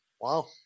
Wow